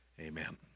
amen